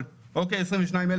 אני אסייע לכם.